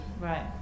Right